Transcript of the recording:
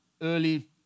early